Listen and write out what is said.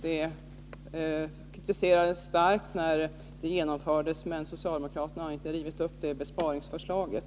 Detta kritiserades starkt när det genomfördes, men socialdemokraterna har inte rivit upp den besparingen.